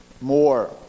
more